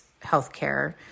healthcare